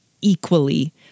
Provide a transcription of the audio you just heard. equally